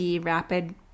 rapid